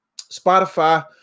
spotify